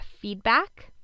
feedback